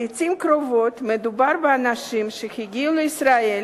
לעתים קרובות מדובר באנשים שהגיעו לישראל